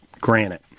granite